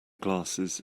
glasses